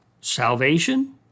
salvation